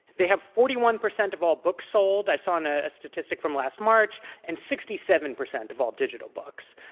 they have forty one percent of all books sold i saw ah a statistic from last march and sixty seven percent of all digital books.